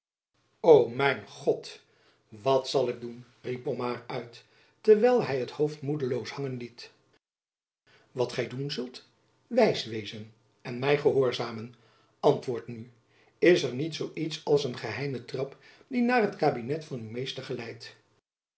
mijn god wat zal ik doen riep pomard uit terwijl hy het hoofd moedeloos hangen liet wat gy doen zult wijs wezen en my gehoorzamen antwoord nu is er niet zoo iets als een geheime trap die naar het kabinet van uw meester geleidt